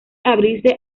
abrirse